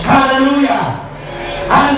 Hallelujah